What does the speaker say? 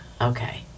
Okay